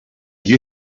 you